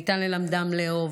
ניתן ללמדם לאהוב,